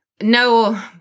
no